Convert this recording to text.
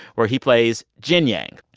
where he plays jian yang.